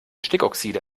stickoxide